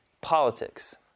politics